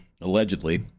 allegedly